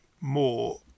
more